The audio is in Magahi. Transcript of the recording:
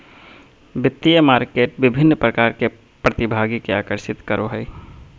वित्तीय मार्केट विभिन्न प्रकार के प्रतिभागि के आकर्षित करो हइ